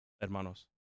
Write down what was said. hermanos